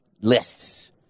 lists